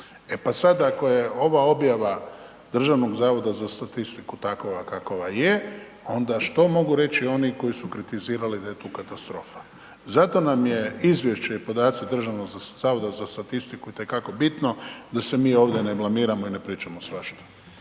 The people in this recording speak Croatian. E pa sad ako je ova objava Državnog zavoda za statistiku takva kakva je, onda što mogu reći oni koji su kritizirali da je tu katastrofa, zato nam je izvješće i podaci Državnog zavoda za statistiku itekako bitno da se mi ovdje ne blamiramo i ne pričamo svašta.